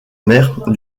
mère